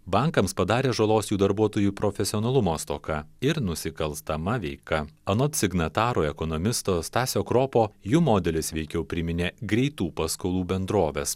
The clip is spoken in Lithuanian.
bankams padarė žalos jų darbuotojų profesionalumo stoka ir nusikalstama veika anot signataro ekonomisto stasio kropo jų modelis veikiau priminė greitų paskolų bendroves